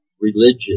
religion